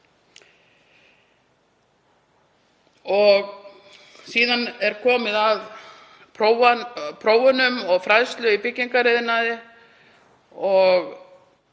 Síðan er komið að prófunum og fræðslu í byggingariðnaði.